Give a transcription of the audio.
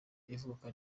ivuka